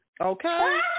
Okay